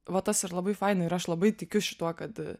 va tas ir labai faina ir aš labai tikiu šituo kad